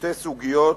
בשתי סוגיות,